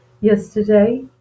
yesterday